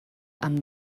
amb